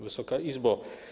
Wysoka Izbo!